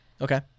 Okay